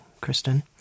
Kristen